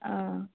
অঁ